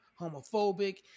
homophobic